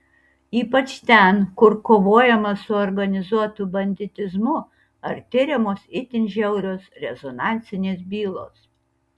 ypač ten kur kovojama su organizuotu banditizmu ar tiriamos itin žiaurios rezonansinės bylos